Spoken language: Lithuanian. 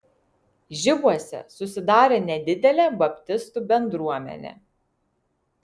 žibuose susidarė nedidelė baptistų bendruomenė